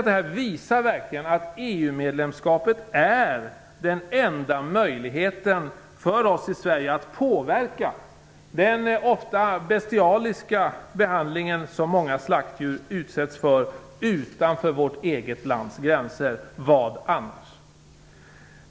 Det visar verkligen att EU medlemskapet är den enda möjligheten för oss i Sverige att påverka den ofta bestialiska behandling som många slaktdjur utsätts för utanför vårt eget lands gränser.